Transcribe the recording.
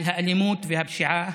על האלימות והפשיעה.